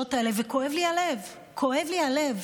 ההתרחשויות האלה, וכואב לי הלב, כואב לי הלב